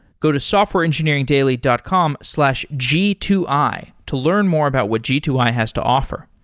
go to softwareengineeringdaily dot com slash g two i to learn more about what g two i has to offer.